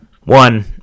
One